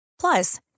Plus